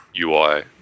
UI